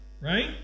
Right